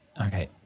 Okay